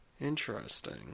Interesting